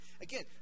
Again